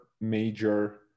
major